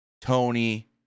Tony